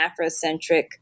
Afrocentric